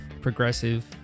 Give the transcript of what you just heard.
progressive